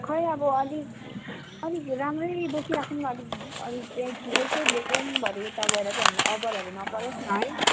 खोई अब अलिक अलिक राम्रै बोकिराखौँ न अलिक अलिक ठिकैको बोकौँ भरे उता गएर चाहिँ हामीलाई अबरहरू नपरोस् न है